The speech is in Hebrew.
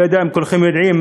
לא יודע אם כולכם יודעים,